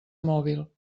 mòbil